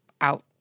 out